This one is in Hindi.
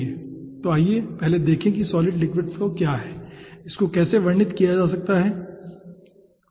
ठीक है तो आइए पहले देखें कि यह सॉलिड लिक्विड फ्लो क्या है और इसको कैसे वर्णित किया जा सकता है